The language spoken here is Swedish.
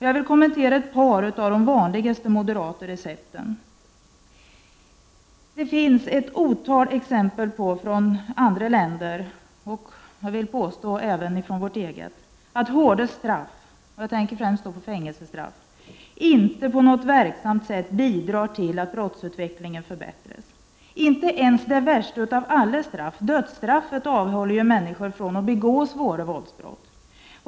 Jag vill kommentera ett par av de vanligaste moderata recepten. Det finns otaliga exempel från andra länder och, vill jag påstå, även från vårt eget land på att hårda straff, jag tänker främst på fängelsestraff, inte på något verksamt sätt bidrar till att brottsutvecklingen förbättras. Inte ens det värsta av alla straff, dödsstraffet, avhåller människor från att begå svåra våldsbrott.